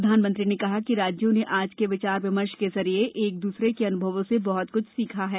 प्रधानमंत्री ने कहा कि राज्यों ने आज के विचार विमर्श के जरिये एक दूसरे के अनुभवों से बहुत कुछ सीखा है